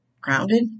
grounded